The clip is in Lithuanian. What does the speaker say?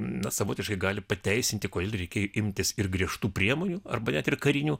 na savotiškai gali pateisinti kodėl reikėjo imtis ir griežtų priemonių arba net ir karinių